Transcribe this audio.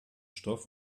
stoff